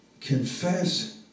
confess